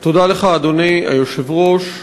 אדוני היושב-ראש,